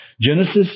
Genesis